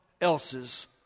else's